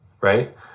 right